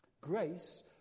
Grace